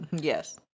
Yes